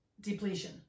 depletion